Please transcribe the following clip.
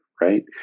right